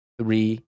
Three